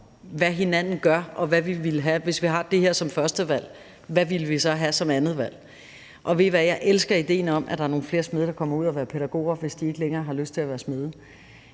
især ville gøre, og hvad vi ville have som andet valg, hvis vi havde noget andet som første valg. Og ved I hvad, jeg elsker idéen om, at der er nogle flere smede, der kommer ud og vil være pædagoger, hvis de ikke længere har lyst til at være smede.